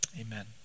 Amen